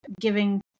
giving